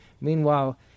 Meanwhile